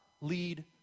lead